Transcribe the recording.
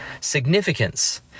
significance